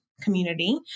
community